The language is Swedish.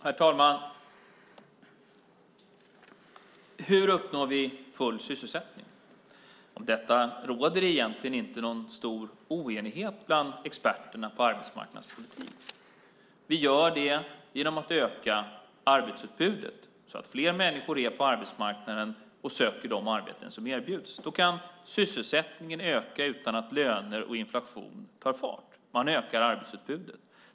Herr talman! Hur uppnår vi full sysselsättning? Om detta råder det egentligen ingen stor oenighet bland experterna på arbetsmarknadspolitik. Vi gör det genom att öka arbetsutbudet så att fler människor är på arbetsmarknaden och söker de arbeten som erbjuds. Då kan sysselsättningen öka utan att löner och inflation tar fart. Man ökar arbetsutbudet.